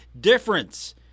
Difference